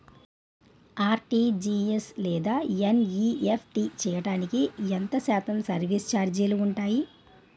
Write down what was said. RTGS లేదా NEFT చేయడానికి ఎంత శాతం సర్విస్ ఛార్జీలు ఉంటాయి?